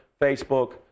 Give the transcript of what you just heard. Facebook